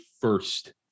first